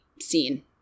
scene